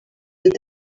that